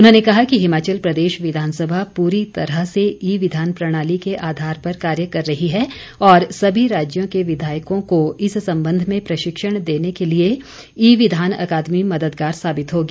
उन्होंने कहा कि हिमाचल प्रदेश विधानसभा पूरी तरह से ई विधान प्रणाली के आधार पर कार्य कर रही है और सभी राज्यों के विधायकों को इस संबंध में प्रशिक्षण देने के लिए ई विधान अकादमी मददगार साबित होगी